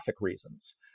reasons